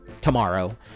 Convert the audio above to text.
tomorrow